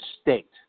state